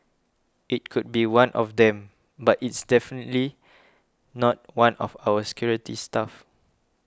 it could be one of them but it's definitely not one of our security staff